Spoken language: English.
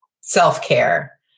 self-care